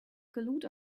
glued